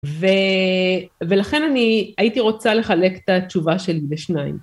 ולכן אני הייתי רוצה לחלק את התשובה שלי לשניים.